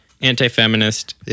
Anti-feminist